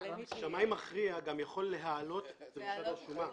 שמאי מכריע גם יכול להעלות את דרישת השומה.